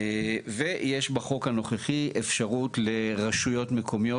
ויש בחוק הנוכחי אפשרות לרשויות מקומיות